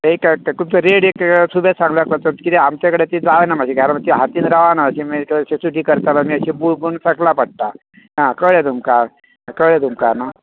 एक रेट एक सुबेस सांगल्यार जाता कित्याक आमच्या कडेन ती जायना मात्शीं घरा हातीन रावना अशी मागीर हातीन रावना अशीं सुटी करताना अशी बुळबुळून सकला पडटा हां कळ्ळे तुमका कळ्ळे तुमका न्हू